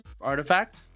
artifact